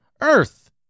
Earth